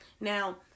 Now